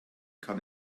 kann